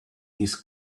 his